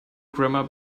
grammars